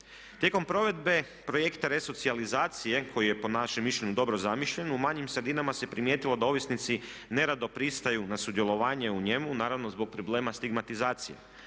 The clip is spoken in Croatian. Tijekom provedbe projekta resocijalizacije koji je po našem mišljenju dobro zamišljen, u manjim sredinama se primijetilo da ovisnici nerado pristaju na sudjelovanje u njemu, naravno zbog problema stigmatizacije.